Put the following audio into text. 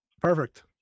perfect